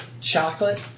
Chocolate